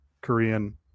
Korean